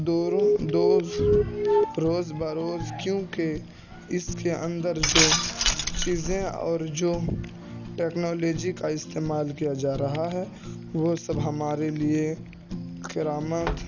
دور دوز روز بروز کیونکہ اس کے اندر جو چیزیں اور جو ٹکنالوجی کا استعمال کیا جا رہا ہے وہ سب ہمارے لیے کرامد